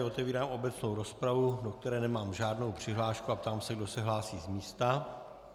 Otevírám obecnou rozpravu, do které nemám žádnou přihlášku, a ptám se, kdo se hlásí z místa.